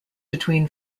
between